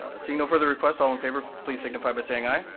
ah seeing no further requests, all in favor, please signify by saying aye.